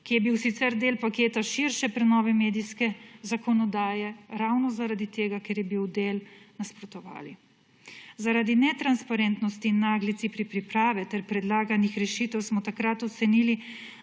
ki je bil sicer del paketa širše prenove medijske zakonodaje, ravno zaradi tega, ker je bil del, nasprotovali. Zaradi netransparentnosti in naglici pri pripravi ter predlaganih rešitev smo takrat ocenili,